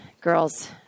girls